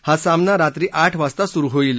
हा सामना रात्री आठ वाजता सुरु होईल